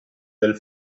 del